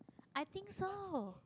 i think so